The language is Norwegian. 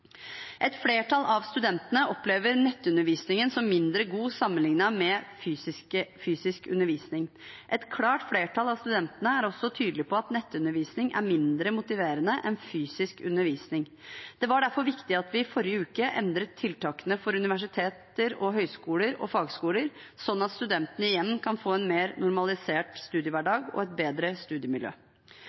Et flertall av studentene opplever nettundervisningen som mindre god sammenlignet med fysisk undervisning. Et klart flertall av studentene er også tydelige på at nettundervisning er mindre motiverende en fysisk undervisning. Det var derfor viktig at vi i forrige uke endret tiltakene for universiteter, høyskoler og fagskoler, slik at studentene igjen kan få en mer normalisert studiehverdag og et bedre studiemiljø.